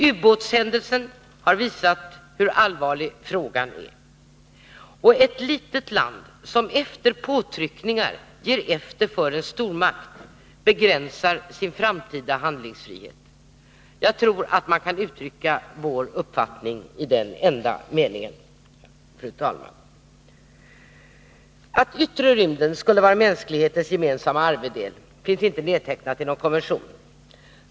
Ubåtshändelsen har visat hur allvarlig frågan är. Ett litet land, som efter påtryckningar ger efter för en stormakt, begränsar sin framtida handlingsfrihet. Jag tror, fru talman, att man kan uttrycka vår uppfattning i den enda meningen. Att yttre rymden skulle vara mänsklighetens gemensamma arvedel finns inte nedtecknat i någon konvention.